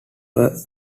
were